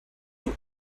you